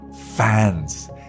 fans